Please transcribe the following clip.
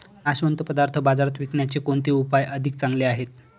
नाशवंत पदार्थ बाजारात विकण्याचे कोणते उपाय अधिक चांगले आहेत?